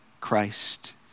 Christ